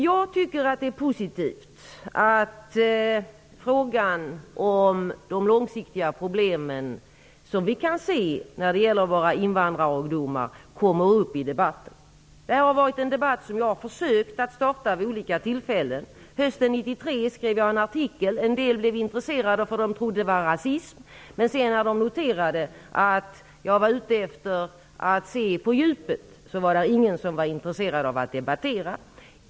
Jag tycker att det är positivt att frågan om de långsiktiga problem vi kan se när det gäller våra invandrarungdomar debatteras. Jag har vid olika tillfällen försökt starta denna debatt. Hösten 1993 skrev jag ett par artiklar i detta ämne. En del blev intresserade eftersom de trodde att de handlade om rasism, men när man noterade att jag var ute efter att se på djupet var ingen intresserad av att debattera.